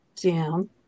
down